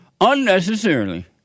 unnecessarily